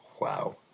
wow